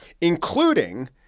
including